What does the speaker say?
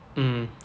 mm